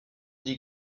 die